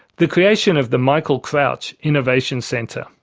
the creation of the michael crouch innovation centre,